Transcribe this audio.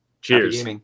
Cheers